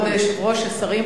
השרים,